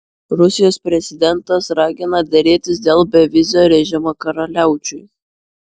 rusijos prezidentas ragina derėtis dėl bevizio režimo karaliaučiui